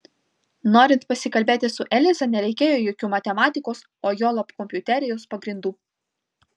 norint pasikalbėti su eliza nereikėjo jokių matematikos o juolab kompiuterijos pagrindų